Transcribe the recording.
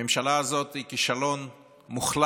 הממשלה הזאת היא כישלון מוחלט,